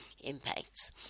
impacts